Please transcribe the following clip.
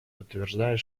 подтверждает